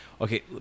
okay